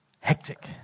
hectic